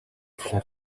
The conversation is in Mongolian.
талаар